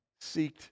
seeked